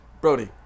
Brody